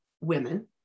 women